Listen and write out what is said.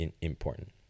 important